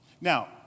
Now